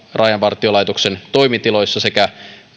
rajavartiolaitoksen toimitiloissa sekä